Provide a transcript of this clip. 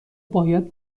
باید